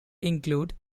include